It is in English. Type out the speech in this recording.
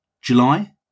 July